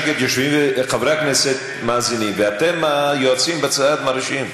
חברי הכנסת מאזינים, ואתם, היועצים, בצד, מרעישים.